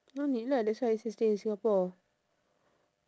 no need lah that's why I said stay in singapore